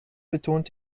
betont